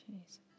Jesus